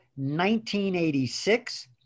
1986